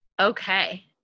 Okay